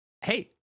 Hey